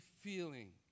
feeling